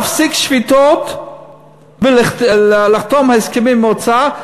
למה להפסיק שביתות ולחתום על הסכמים עם האוצר?